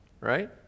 right